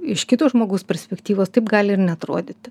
iš kito žmogaus perspektyvos taip gali ir neatrodyti